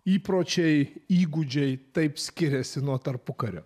įpročiai įgūdžiai taip skiriasi nuo tarpukario